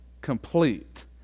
complete